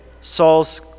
Saul's